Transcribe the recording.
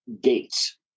gates